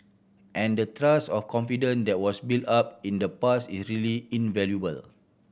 and the trust or confident that was built up in the past is really invaluable